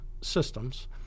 systems